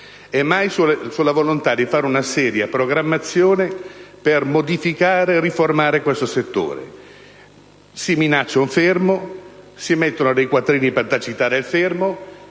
è mai stata la volontà di fare una seria programmazione per modificare e riformare questo settore. Si minaccia un fermo; si stanziano dei quattrini per tacitarlo e non